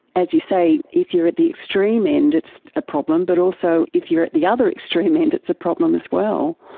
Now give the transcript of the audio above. as you say, if you are at the extreme end it's a problem, but also if you are at the other extreme end it's a problem as well.